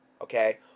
okay